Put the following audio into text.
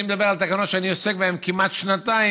אני מדבר על תקנות שאני עוסק בהן כמעט שנתיים,